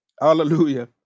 Hallelujah